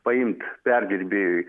paimt perdirbėjui